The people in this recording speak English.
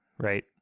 right